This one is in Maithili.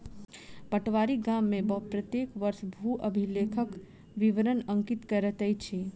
पटवारी गाम में प्रत्येक वर्ष भू अभिलेखक विवरण अंकित करैत अछि